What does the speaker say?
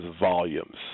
volumes